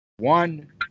One